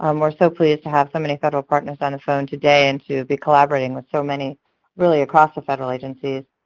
um we're so pleased to have so many federal partners on the phone today and to be collaborating with so many really across the federal agencies,